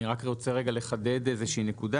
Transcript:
אני רק רוצה לחדד נקודה.